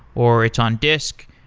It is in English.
or it's on disc,